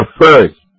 first